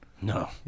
No